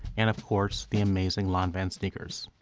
and, of course, the amazing lanvin sneakers.